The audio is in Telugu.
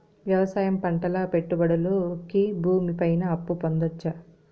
వ్యవసాయం పంటల పెట్టుబడులు కి భూమి పైన అప్పు పొందొచ్చా?